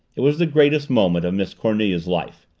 it was the greatest moment of miss cornelia's life.